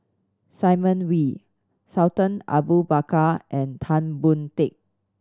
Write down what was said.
Simon Wee Sultan Abu Bakar and Tan Boon Teik